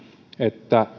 että